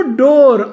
door